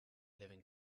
living